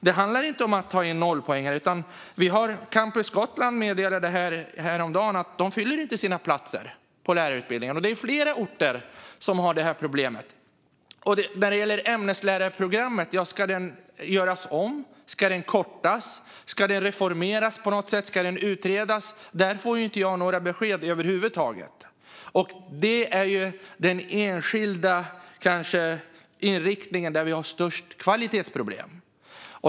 Det handlar inte om att ta in nollpoängare. Campus Gotland meddelade häromdagen att de inte fyller platserna på lärarutbildningen. Flera orter har detta problem. Vad gäller ämneslärarprogrammet undrar jag om det ska göras om. Ska det kortas? Ska det reformeras på något sätt? Ska det utredas? Jag får över huvud taget inga besked om det. Det är kanske den enskilda inriktning där vi har störst kvalitetsproblem.